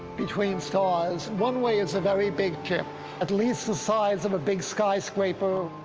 between stars, one way is a very big ship at least the size of a big skyscraper,